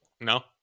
No